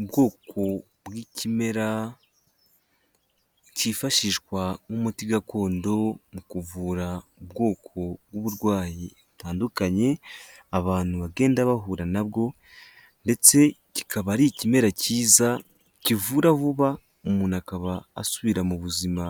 Ubwoko bw'ikimera kifashishwa nk'umuti gakondo mu kuvura ubwoko bw'uburwayi butandukanye abantu bagenda bahura na bwo, ndetse kikaba ari ikimera cyiza kivura vuba umuntu akaba asubira mu buzima